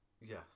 Yes